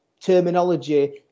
terminology